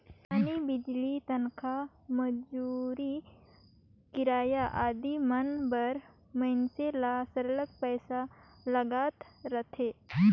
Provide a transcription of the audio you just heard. पानी, बिजली, तनखा, मंजूरी, किराया आदि मन बर मइनसे ल सरलग पइसा लागत रहथे